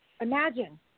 imagine